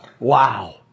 Wow